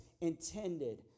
intended